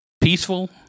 peaceful